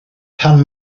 pan